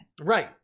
Right